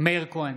מאיר כהן,